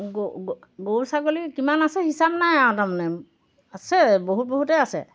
গৰু ছাগলী কিমান আছে হিচাপ নাই আৰু তাৰমানে আছে বহুত বহুতেই আছে